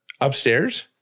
Upstairs